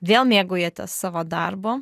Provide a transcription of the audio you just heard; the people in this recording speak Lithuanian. vėl mėgaujatės savo darbu